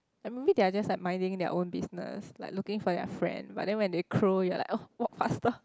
I mean they are just like minding their own business like looking for their friend but then when they cow you're like oh walk faster